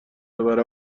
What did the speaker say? ببرم